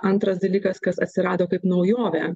antras dalykas kas atsirado kaip naujovė